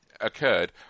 occurred